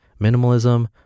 minimalism